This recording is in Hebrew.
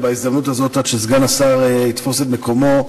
בהזדמנות הזאת, עד שסגן השר יתפוס את מקומו,